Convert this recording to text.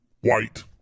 white